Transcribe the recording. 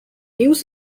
news